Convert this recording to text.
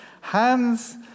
Hands